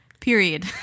period